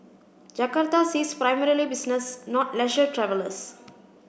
Jakarta sees primarily business not leisure travellers